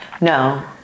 No